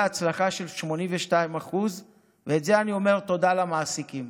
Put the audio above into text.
הצלחה של 82% ועל זה אני אומר תודה למעסיקים,